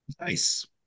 Nice